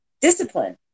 discipline